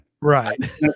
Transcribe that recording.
Right